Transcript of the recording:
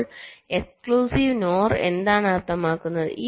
അപ്പോൾ exclusive NOR എന്താണ് അർത്ഥമാക്കുന്നത്